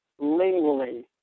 lingually